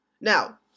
Now